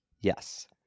Yes